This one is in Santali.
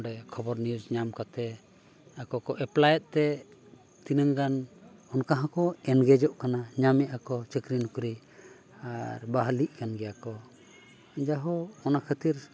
ᱚᱸᱰᱮ ᱠᱷᱚᱵᱚᱨ ᱱᱤᱭᱩᱡᱽ ᱧᱟᱢ ᱠᱟᱛᱮᱫ ᱟᱠᱚ ᱠᱚ ᱮᱯᱞᱟᱭᱮᱫ ᱛᱮ ᱛᱤᱱᱟᱹᱜ ᱜᱟᱱ ᱚᱱᱠᱟ ᱦᱚᱸᱠᱚ ᱮᱝᱜᱮᱡᱚᱜ ᱠᱟᱱᱟ ᱧᱟᱢ ᱮᱫᱼᱟ ᱠᱚ ᱪᱟᱹᱠᱨᱤ ᱱᱚᱠᱨᱤ ᱵᱟᱦᱟᱞᱤᱜ ᱠᱟᱱ ᱜᱮᱭᱟ ᱠᱚ ᱡᱟᱭ ᱦᱳᱠ ᱚᱱᱟ ᱠᱷᱟᱹᱛᱤᱨ